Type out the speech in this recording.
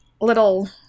little